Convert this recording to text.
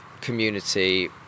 community